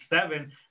seven